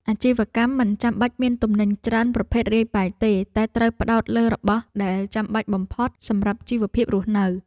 អាជីវកម្មមិនចាំបាច់មានទំនិញច្រើនប្រភេទរាយប៉ាយទេ តែត្រូវផ្ដោតលើរបស់ដែលចាំបាច់បំផុតសម្រាប់ជីវភាពរស់នៅ។